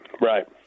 Right